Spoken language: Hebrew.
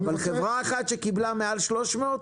אבל חברה אחת שקיבלה יותר מ-300 מיליון?